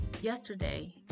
yesterday